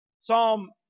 Psalm